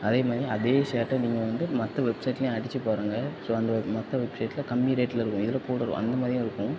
அதேமாரி அதே ஷர்ட்டை நீங்கள் வந்து மற்ற வெப்சைட்லையும் அடிச்சு பாருங்கள் ஸோ அந்த மற்ற வெப்சைட்டில் கம்மி ரேட்டில் இருக்கும் இதில் கூட இருக்கும் அந்த மாரியும் இருக்கும்